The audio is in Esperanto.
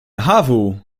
havu